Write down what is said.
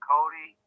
Cody